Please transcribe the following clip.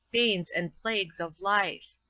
banes and plagues of life.